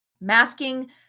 Masking